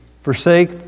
forsake